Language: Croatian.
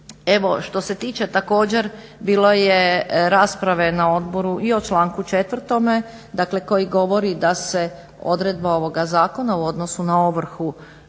što se tiče također bilo je rasprave na odboru i o članku 4. koji govori da se odredba ovoga zakona u odnosu na ovrhu